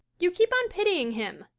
you keep on pitying him.